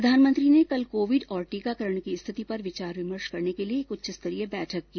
प्रधानमंत्री ने कल कोविड और टीकाकरण की स्थिति पर विचार विमर्श करने के लिए एक उच्च स्तरीय बैठक की